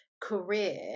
career